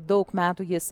daug metų jis